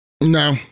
No